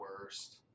worst